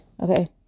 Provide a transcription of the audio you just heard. Okay